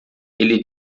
ele